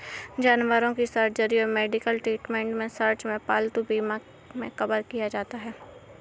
जानवरों की सर्जरी और मेडिकल ट्रीटमेंट के सर्च में पालतू बीमा मे कवर किया जाता है